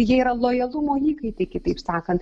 jie yra lojalumo įkaitai kitaip sakant